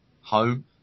home